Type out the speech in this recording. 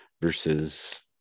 versus